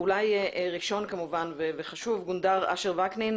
ראשון וחשוב גונדר אשר וקנין,